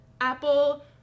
Apple